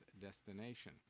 destination